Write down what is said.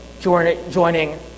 joining